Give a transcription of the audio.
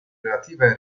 relative